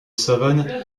savane